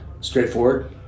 straightforward